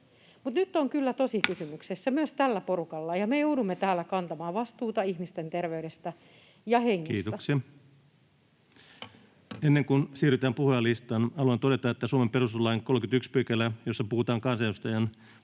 nyt on kyllä tosi kysymyksessä myös tällä porukalla, ja me joudumme täällä kantamaan vastuuta ihmisten terveydestä ja hengestä. Kiitoksia. — Ennen kuin siirrytään puhujalistaan, haluan todeta, että Suomen perustuslain 31 §, jossa puhutaan kansanedustajan puhevapaudesta